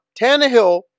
Tannehill